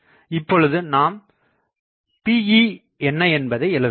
இப்பொழுது நாம் Peஎன்னஎன்பதை எழுதலாம்